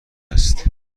هست